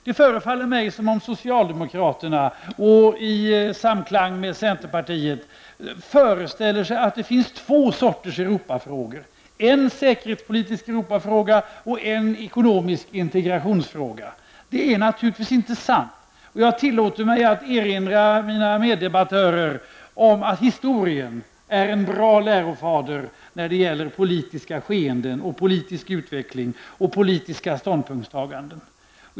Det förefaller mig som om socialdemokraterna i samklang med centerpartiet föreställer sig att det finns två sorters Europafrågor: en säkerhetspolitisk Europafråga och en ekonomisk integrationsfråga. Det är naturligtvis inte sant. Jag tillåter mig att erinra mina meddebattörer om att historien är en bra lärofader när det gäller politiska skeenden, politisk utveckling och politiska ståndpunktstaganden.